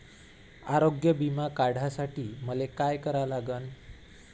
आरोग्य बिमा काढासाठी मले काय करा लागन?